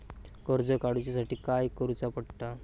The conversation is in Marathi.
कर्ज काडूच्या साठी काय करुचा पडता?